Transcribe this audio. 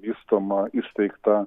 vystoma įsteigta